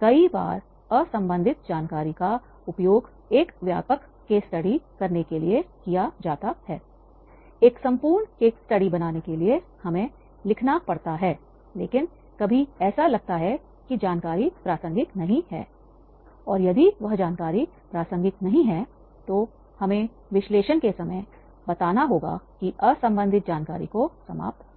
कई बार असंबंधित जानकारी का उपयोग एक व्यापक केस स्टडी करने के लिए किया जाता हैएक संपूर्ण केस स्टडी बनाने के लिए हमें बहुत लिखना पड़ता है लेकिन कभी ऐसा लगता है कि प्रासंगिक जानकारी नहीं है और यदि वह जानकारी प्रासंगिक नहीं है तो हमें विश्लेषण के समय बताना होगा कि असंबंधित जानकारी को समाप्त करें